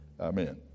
Amen